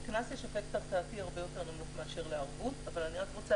לקנס יש אפקט התרעתי נמוך בהרבה מאשר לערבות אני רוצה